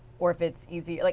or fit's easy, like